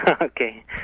Okay